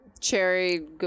Cherry